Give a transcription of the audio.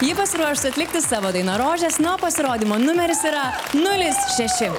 ji pasiruošus atlikti savo dainą rožės na o pasirodymo numeris yra nulis šeši